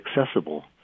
accessible